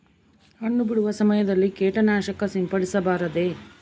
ಹಣ್ಣು ಬಿಡುವ ಸಮಯದಲ್ಲಿ ಕೇಟನಾಶಕ ಸಿಂಪಡಿಸಬಾರದೆ?